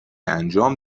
انجام